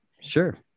sure